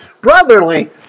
brotherly